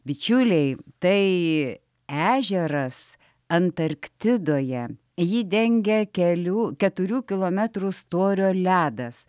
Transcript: bičiuliai tai ežeras antarktidoje jį dengia kelių keturių kilometrų storio ledas